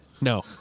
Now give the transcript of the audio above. No